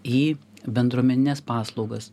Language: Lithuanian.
į bendruomenines paslaugas